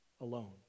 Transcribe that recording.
alone